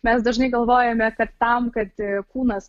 mes dažnai galvojame kad tam kad kūnas